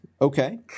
Okay